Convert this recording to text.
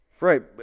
Right